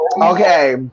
Okay